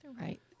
Right